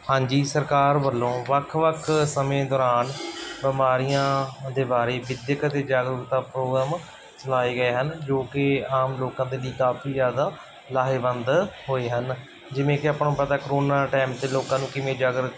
ਹਾਂਜੀ ਸਰਕਾਰ ਵੱਲੋਂ ਵੱਖ ਵੱਖ ਸਮੇਂ ਦੌਰਾਨ ਬਿਮਾਰੀਆਂ ਦੇ ਬਾਰੇ ਵਿੱਦਿਅਕ ਅਤੇ ਜਾਗਰੂਕਤਾ ਪ੍ਰੋਗਰਾਮ ਚਲਾਏ ਗਏ ਹਨ ਜੋ ਕਿ ਆਮ ਲੋਕਾਂ ਦੇ ਲਈ ਕਾਫ਼ੀ ਜ਼ਿਆਦਾ ਲਾਹੇਵੰਦ ਹੋਏ ਹਨ ਜਿਵੇਂ ਕਿ ਆਪਾਂ ਨੂੰ ਪਤਾ ਕਰੋਨਾ ਟਾਈਮ 'ਤੇ ਲੋਕਾਂ ਨੂੰ ਕਿਵੇਂ ਜਾਗਰੂਕ